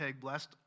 blessed